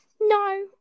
No